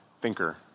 thinker